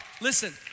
Listen